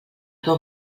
bon